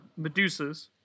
Medusas